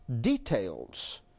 details